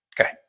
Okay